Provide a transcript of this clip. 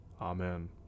Amen